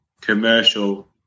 commercial